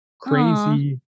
crazy